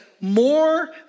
more